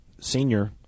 senior